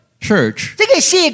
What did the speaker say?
church